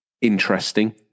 interesting